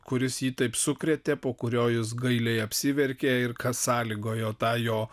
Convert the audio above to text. kuris jį taip sukrėtė po kurio jis gailiai apsiverkė ir kas sąlygojo tą jo